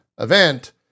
event